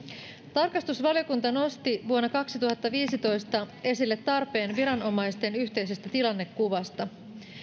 tarkastusvaliokunta nosti vuonna kaksituhattaviisitoista esille tarpeen viranomaisten yhteisestä tilannekuvasta